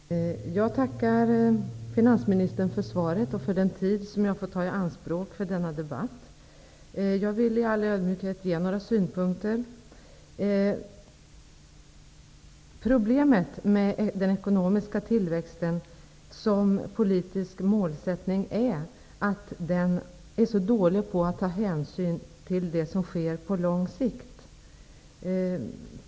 Fru talman! Jag tackar finansministern för svaret och för den tid som jag får ta i anspråk för denna debatt. I all ödmjukhet vill jag anföra några synpunkter. Problemet med den ekonomiska tillväxten som politisk målsättning är att den är så dålig på att ta hänsyn till det som sker på lång sikt.